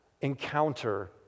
encounter